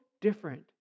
different